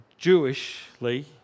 Jewishly